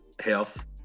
health